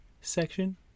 Section